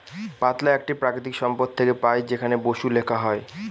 পাতলা একটি প্রাকৃতিক সম্পদ থেকে পাই যেখানে বসু লেখা হয়